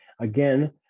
Again